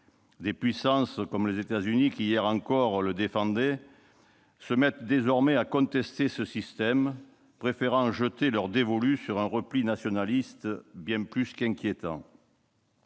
Des puissances comme les États-Unis, qui, hier encore, défendaient ce système, se mettent désormais à le contester, préférant jeter leur dévolu sur un repli nationaliste bien plus qu'inquiétant.